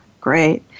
Great